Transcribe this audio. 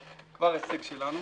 וזה כבר הפסד שלנו.